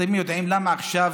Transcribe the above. אתם יודעים למה עכשיו,